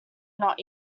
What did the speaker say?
not